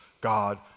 God